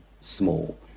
small